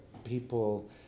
People